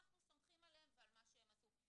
אנחנו סומכים עליהם ועל מה שהם עשו.